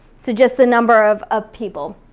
so just the number of ah people.